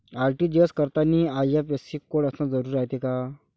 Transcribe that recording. RTGS करतांनी IFSC code असन जरुरी रायते का?